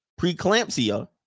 preeclampsia